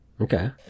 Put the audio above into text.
Okay